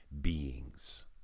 beings